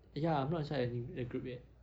ya I'm not sure I'm in a group yet